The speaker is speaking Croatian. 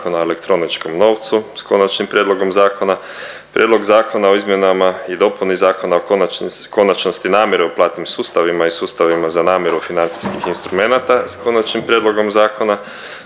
o elektroničkom novcu s konačnim prijedlogom zakona, Prijedlog zakona o izmjenama i dopuni Zakona o konačnosti namire u platnim sustavima i sustavima za namiru financijskih instrumenata s konačnim prijedlogom zakona,